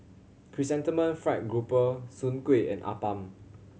Chrysanthemum Fried Grouper Soon Kueh and appam